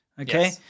Okay